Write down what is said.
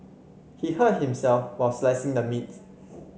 he hurt himself while slicing the meats